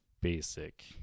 basic